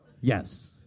Yes